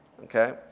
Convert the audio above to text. Okay